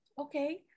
okay